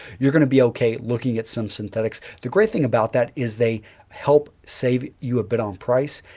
you're going to be okay looking at some synthetics. the great thing about that is they help save you a bit on price,